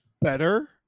better